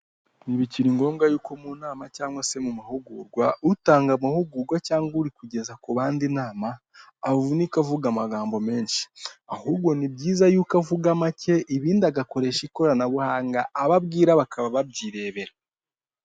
Ntibikiri ngombwa yuko mu nama cyangwa se mu mahugurwa, utanga amahugurwa cyangwa uri kugeza ku bandi inama avunika avuga amagambo menshi ahubwo ni byiza yuko avuga make ibindi agakoresha ikoranabuhanga abo abwira bakaba babyirebera.